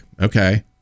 okay